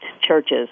churches